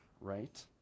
right